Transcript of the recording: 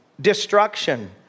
destruction